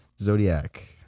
zodiac